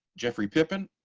jeffrey pippin